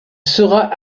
sera